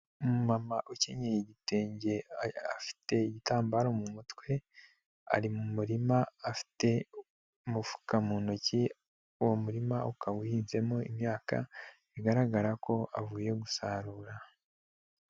Umumama ukenyeye igitenge afite igitambaro mu mutwe, ari mu murima afite umufuka mu ntoki, uwo murima ukaba uhinzemo imyaka, bigaragara ko avuye gusarura.